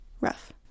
rough